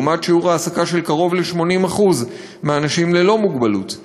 לעומת שיעור העסקה של קרוב ל-80% מהאנשים ללא מוגבלות.